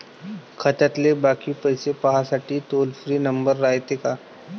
खात्यातले बाकी पैसे पाहासाठी टोल फ्री नंबर रायते का?